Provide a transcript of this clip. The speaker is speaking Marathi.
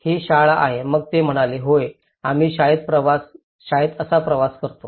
ही शाळा आहे मग ते म्हणाले होय आम्ही शाळेत असा प्रवास करतो